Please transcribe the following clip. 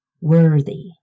worthy